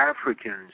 Africans